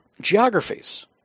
geographies